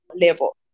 level